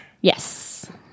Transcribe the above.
Yes